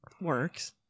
works